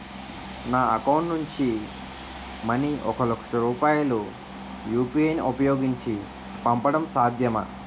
నా అకౌంట్ నుంచి మనీ ఒక లక్ష రూపాయలు యు.పి.ఐ ను ఉపయోగించి పంపడం సాధ్యమా?